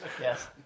yes